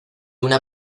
una